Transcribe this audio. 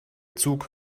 zug